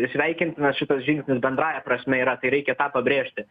sveikintinas šitas žingsnis bendrąja prasme yra tai reikia tą pabrėžti